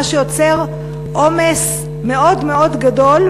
מה שיוצר עומס מאוד מאוד גדול,